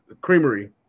Creamery